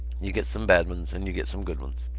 you get some bad ones and you get some good ones.